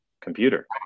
computer